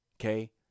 Okay